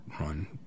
run